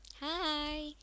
Hi